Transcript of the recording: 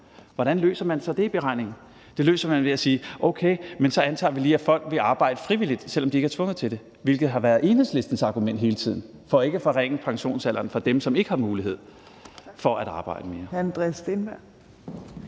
Hvordan løser man så det i beregningen? Det løser man ved at sige: Okay, men så antager vi lige, at folk vil arbejde frivilligt, altså vil arbejde, selv om de ikke er tvunget til det, hvilket hele tiden har været Enhedslistens argument for ikke at forringe pensionsalderen for dem, som ikke har mulighed for at arbejde mere.